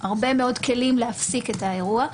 הרבה מאוד כלים להפסיק את האירוע.